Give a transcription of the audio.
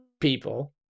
people